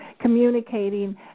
communicating